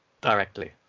directly